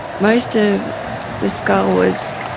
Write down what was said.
most of the skull was